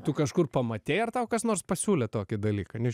tu kažkur pamatei ar tau kas nors pasiūlė tokį dalyką nes